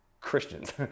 Christians